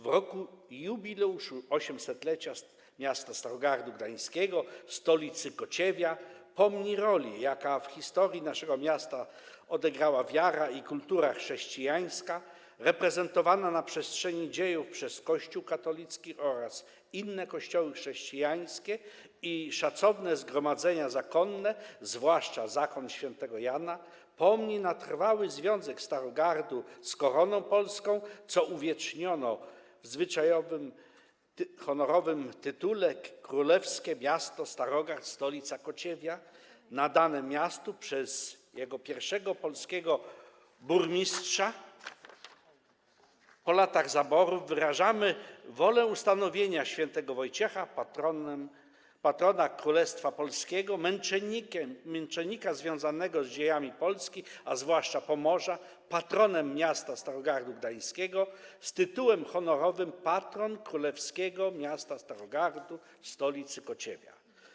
W roku jubileuszu 800-lecia miasta Starogardu Gdańskiego, stolicy Kociewia, pomni roli, jaką w historii naszego miasta odegrała wiara i kultura chrześcijańska, reprezentowane na przestrzeni dziejów przez Kościół katolicki oraz inne kościoły chrześcijańskie i szacowne zgromadzenia zakonne, zwłaszcza zakon św. Jana, pomni na trwały związek Starogardu z Koroną Polską, co uwieczniono w zwyczajowym, honorowym tytule: Królewskie Miasto Starogard, stolica Kociewia, nadane miastu przez jego pierwszego polskiego burmistrza po latach zaborów, wyrażamy wolę ustanowienia św. Wojciecha, patrona Królestwa Polskiego, męczennika związanego z dziejami Polski, a zwłaszcza Pomorza, patronem miasta Starogardu Gdańskiego z tytułem honorowym: Patron Królewskiego Miasta Starogardu, stolicy Kociewia.